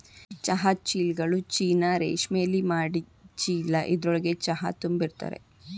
ಚಹಾ ಚೀಲ್ಗಳು ಚೀನಾ ರೇಶ್ಮೆಲಿ ಮಾಡಿದ್ ಚೀಲ ಇದ್ರೊಳ್ಗೆ ಚಹಾ ತುಂಬಿರ್ತರೆ